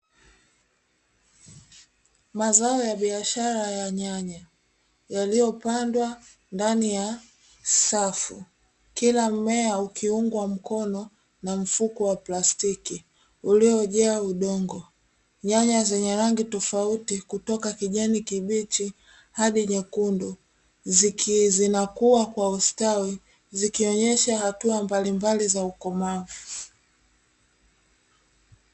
Mazao ya biashara ya nyanya yaliyopandwa ndani ya safu kila mmea ukiungwa mkono mfuko wa plastiki, ulijaa udongo nyanya zenye rangi tofauti kutoka kijani kibichi hadi nyekundu zinakuwa kwa ustawi zikionyesha hatua mbalimbali za ukomavu.